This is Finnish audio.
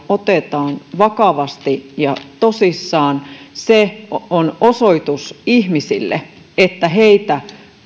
otetaan vakavasti ja tosissaan se on ihmisille osoitus että heitä